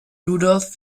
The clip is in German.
rudolph